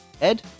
ed